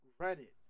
Reddit